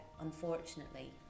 unfortunately